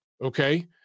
Okay